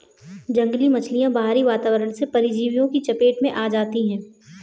जंगली मछलियाँ बाहरी वातावरण से परजीवियों की चपेट में आ जाती हैं